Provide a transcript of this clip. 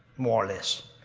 more or less.